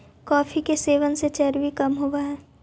coffee के सेवन से चर्बी कम होब हई